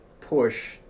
push